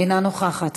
אינה נוכחת,